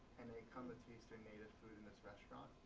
and they come ah to greece. their native food in this restaurant